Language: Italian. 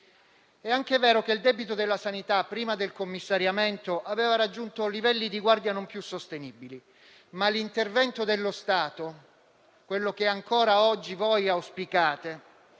È anche vero che il debito della sanità, prima del commissariamento, aveva raggiunto livelli di guardia non più sostenibili, ma l'intervento dello Stato, quello che ancora oggi auspicate,